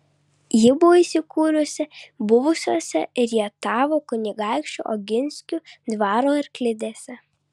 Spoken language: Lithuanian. ji buvo įsikūrusi buvusiose rietavo kunigaikščių oginskių dvaro arklidėse